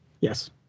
Yes